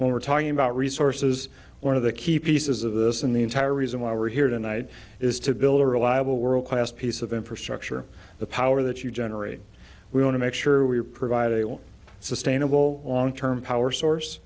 we're talking about resources one of the key pieces of this in the entire reason why we're here tonight is to build a reliable world class piece of infrastructure the power that you generate we want to make sure we're providing a sustainable long term power source